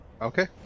Okay